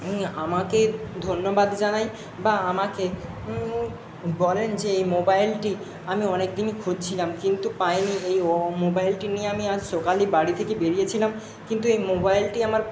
নিয়ে আমাকে ধন্যবাদ জানায় বা আমাকে বলেন যে মোবাইলটি আমি অনেক দিনই খুঁজছিলাম কিন্তু পায় নি এই মোবাইলটি নিয়ে আমি আজ সকালে বাড়ি থেকে বেরিয়েছিলাম কিন্তু এই মোবাইলটি আমার